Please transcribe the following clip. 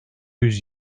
yüz